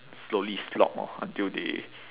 slowly slog orh until they